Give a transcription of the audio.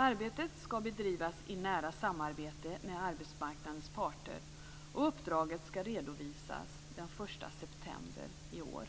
Arbetet skall bedriver i nära samarbete med arbetsmarknadens parter och uppdraget skall redovisas den 1 september i år.